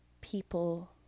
people